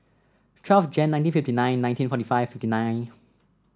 twelve January nineteen fifty nine nineteen forty five fifty nine